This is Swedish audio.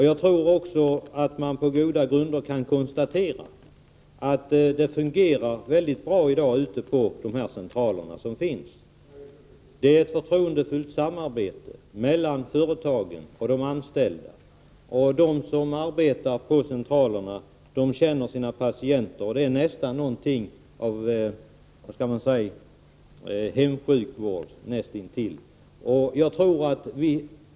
Jag tror också att man på goda grunder kan konstatera att verksamheten i dag fungerar mycket bra ute på de centraler som finns. Det är ett förtroendefullt samarbete mellan företagen och de anställda. De som arbetar på centralerna känner sina patienter — det är nästan något av hemsjukvård.